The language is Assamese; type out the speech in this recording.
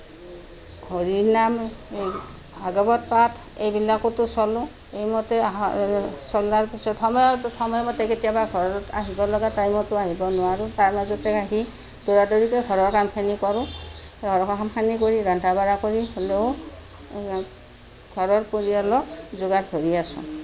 হৰিনাম ভাগৱত পাঠ এইবিলাকতো চলোঁ এইমতে চলাৰ পাছত সময় সময়মতে কেতিয়াবা ঘৰত আহিব লগা টাইমতো আহিব নোৱাৰোঁ তাৰ মাজতে আহি দৌৰা দৌৰিকৈ ঘৰৰ কামখিনি কৰোঁ ৰন্ধা বঢ়া কৰি হ'লেও ঘৰৰ পৰিয়ালক যোগাৰ ধৰি আছোঁ